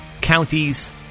counties